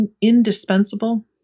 indispensable